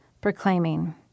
proclaiming